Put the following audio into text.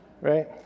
Right